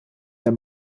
der